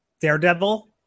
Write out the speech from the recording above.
daredevil